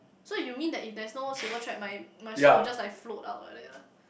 so you mean that if there's no silver thread my my soul will just like float out like that lah